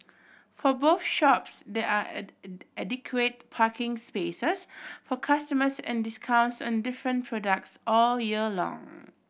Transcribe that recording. for both shops there are adequate parking spaces for customers and discounts on different products all year long